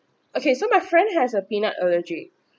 okay so my friend has a peanut allergy